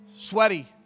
Sweaty